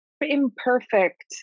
imperfect